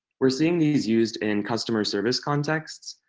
we're seeing these used in customer service contexts.